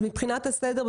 מבחינת הסדר,